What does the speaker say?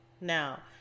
Now